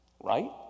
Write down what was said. right